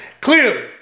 Clearly